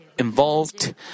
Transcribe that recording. involved